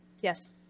Yes